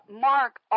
Mark